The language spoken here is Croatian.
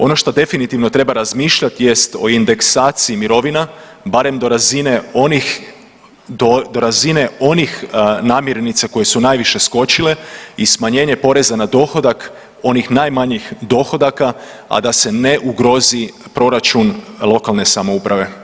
Ono što definitivno treba razmišljati jest o indeksaciji mirovina barem do razine onih namirnica koje su najviše skočile i smanjenje poreza na dohodak onih najmanjih dohodaka, a da se ne ugrozi proračun lokalne samouprave.